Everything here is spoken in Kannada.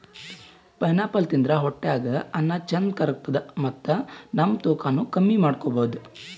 ಪೈನಾಪಲ್ ತಿಂದ್ರ್ ಹೊಟ್ಟ್ಯಾಗ್ ಅನ್ನಾ ಚಂದ್ ಕರ್ಗತದ್ ಮತ್ತ್ ನಮ್ ತೂಕಾನೂ ಕಮ್ಮಿ ಮಾಡ್ಕೊಬಹುದ್